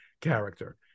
character